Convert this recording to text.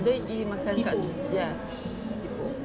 dia ingin makan kat ya hippo